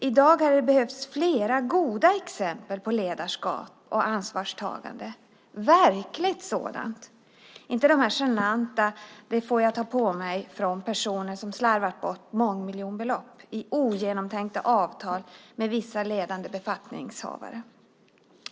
I dag hade det behövts flera goda exempel på ledarskap och ansvarstagande - verkliga sådana - inte dessa genanta "det får jag ta på mig" från personer som slarvat bort mångmiljonbelopp i ogenomtänkta avtal med vissa ledande befattningshavare.